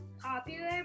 popular